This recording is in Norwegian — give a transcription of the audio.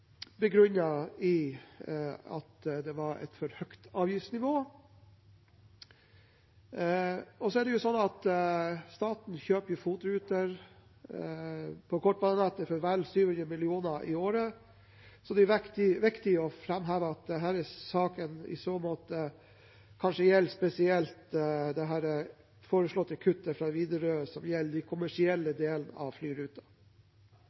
i at det var et for høyt avgiftsnivå. Staten kjøper FOT-ruter på kortbanenettet for vel 700 mill. kr i året. Det er viktig å framheve at denne saken i så måte kanskje gjelder spesielt det foreslåtte kuttet fra Widerøe på de